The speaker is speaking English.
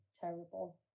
terrible